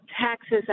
taxes